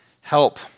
help